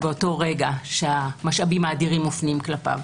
באותו רגע שהמשאבים האדירים מופנים כלפיו.